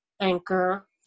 Anchor